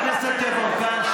אתה תוציא אותה, ואחר כך אני אשב.